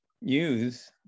use